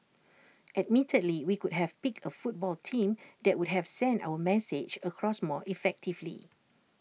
admittedly we could have picked A football team that would have sent our message across more effectively